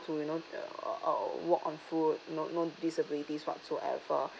to you know uh walk on foot no no disabilities whatsoever